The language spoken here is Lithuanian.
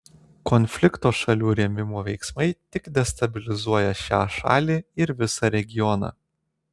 konflikto šalių rėmimo veiksmai tik destabilizuoja šią šalį ir visą regioną